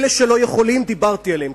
על אלה שלא יכולים דיברתי כבר,